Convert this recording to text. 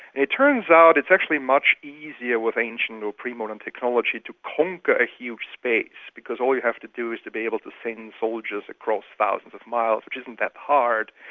it turns out it's actually much easier with ancient or pre-modern technology to conquer a huge space because all you have to do is to be able to send and soldiers across thousands of miles, which isn't that hard.